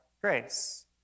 grace